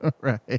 Right